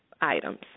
items